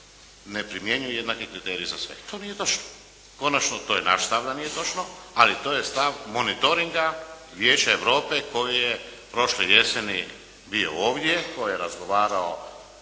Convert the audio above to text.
ne primjenjuje jednaki kriterij za sve. To nije točno. Konačno to je naš stav da nje točno, ali to je stav monitoringa Vijeća Europe koji je prošle jeseni bio ovdje, koji je razgovarao